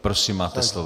Prosím, máte slovo.